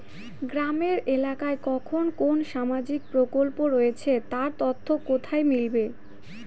গ্রামের এলাকায় কখন কোন সামাজিক প্রকল্প রয়েছে তার তথ্য কোথায় মিলবে?